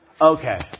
Okay